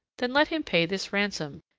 then let him pay this ransom,